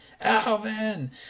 Alvin